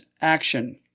action